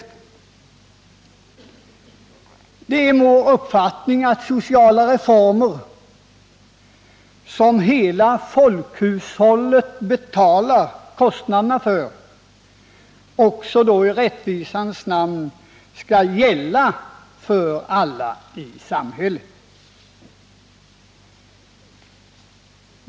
Det är vår uppfattning att sociala reformer, som hela folkhushållet betalar kostnaderna för, i rättvisans namn skall gälla för alla i samhället.